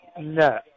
No